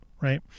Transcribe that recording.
right